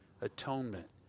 atonement